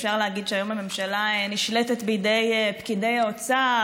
אפשר להגיד שהיום הממשלה נשלטת בידי פקידי האוצר,